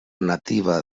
nativa